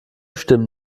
stimmen